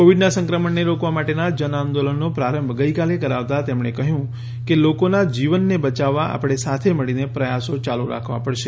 કોવિડના સંક્રમણને રોકવા માટેના જનઆંદોલનનો પ્રારંભ ગઈકાલે કરાવતા તેમણે કહ્યું કે લોકોના જીવનને બચાવવા આપણે સાથે મળીને પ્રયાસો ચાલુ રાખવા પડશે